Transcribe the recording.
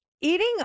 eating